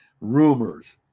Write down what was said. rumors